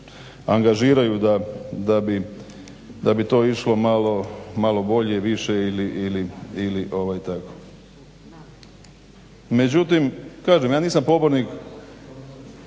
angažiraju da bi to išlo malo bolje, više ili tako. Međutim kažem, ja nisam pobornik